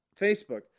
Facebook